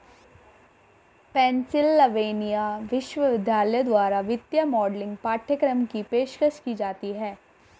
Pennsylvania विश्वविद्यालय द्वारा वित्तीय मॉडलिंग पाठ्यक्रम की पेशकश की जाती हैं